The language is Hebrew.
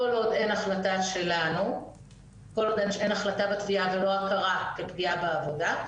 כל עוד אין החלטה שלנו בתביעה ולא הכרה בתביעה בעבודה,